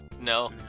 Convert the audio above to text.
No